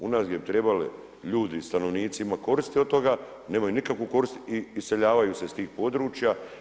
U nas gdje bi trebali ljudi, stanovnici imat korist od toga nemaju nikakvu korist i iseljavaju se iz tih područja.